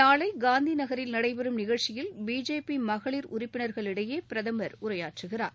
நாளை காந்தி நகரில் நடைபெறும் நிகழ்ச்சியில் பிஜேபி மகளிர் உறுப்பினர்களிடையே பிரதமர் உரையாற்றுகிறார்